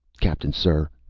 captain, sir!